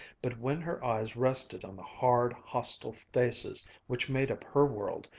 but when her eyes rested on the hard, hostile faces which made up her world,